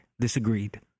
disagreed